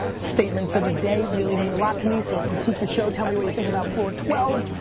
statements of the day really mean a lot to me, so critique the show, tell me what you think about floor twelve,